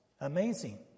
Amazing